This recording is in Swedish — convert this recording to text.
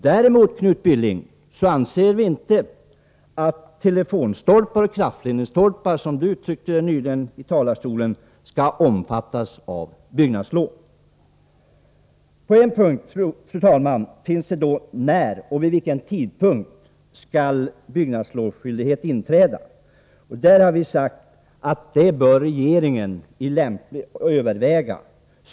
Däremot, Knut Billing, anser vi inte att enstaka telefonstolpar och kraftledningsstolpar skall omfattas av byggnadslov. När och vid vilken tidpunkt skall byggnadslovsskyldighet inträda? Där har vi sagt att regeringen bör överväga saken.